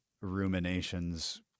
ruminations